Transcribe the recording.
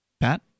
Pat